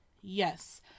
Yes